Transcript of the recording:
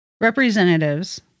representatives